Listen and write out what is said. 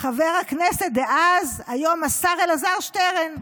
חבר הכנסת דאז, היום השר, אלעזר שטרן.